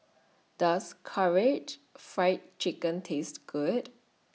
Does Karaage Fried Chicken Taste Good